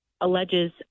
alleges